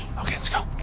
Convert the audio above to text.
okay, let's go!